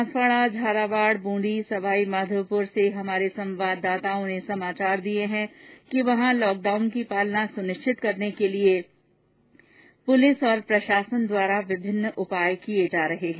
बांसवाड़ा झालावाड़ बूंदी सवाईमाधोपुर से हमारे संवाददाताओं ने समाचार दिए है कि वहां लॉकडाउन की पालना सुनिश्चित करने के लिए पुलिस और प्रशासन द्वारा विभिन्न उपाय किए जा रहे है